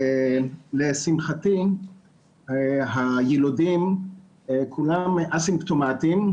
לשמחתי היילודים כולם א-סימפטומטיים,